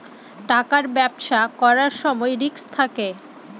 টাকার ব্যবসা করার সময় রিস্ক থাকে